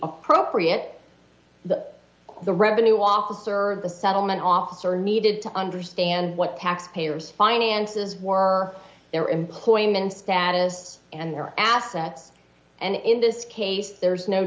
appropriate the the revenue officer of the settlement office are needed to understand what taxpayers finances were their employment status and their assets and in this case there's no